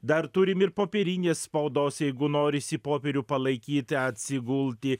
dar turim ir popierinės spaudos jeigu norisi popierių palaikyt atsigulti